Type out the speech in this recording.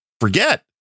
forget